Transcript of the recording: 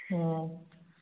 ꯑꯣ